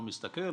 הוא מסתכל,